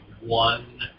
one